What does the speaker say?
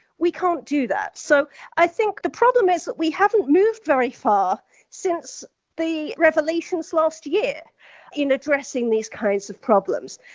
we can't do that. so i think the problem is that we haven't moved very far since the revelations last year in addressing these kinds of problems.